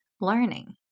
learning